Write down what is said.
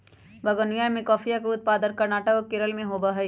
बागवनीया में कॉफीया के उत्पादन कर्नाटक और केरल में होबा हई